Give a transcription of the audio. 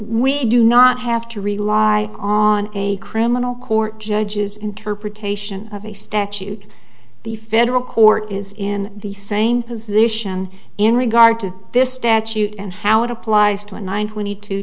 we do not have to rely on a criminal court judge's interpretation of a statute the federal court is in the same position in regard to this statute and how it applies to a nine twenty two